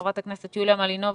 חברת הכנסת יוליה מלינובסקי.